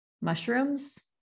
mushrooms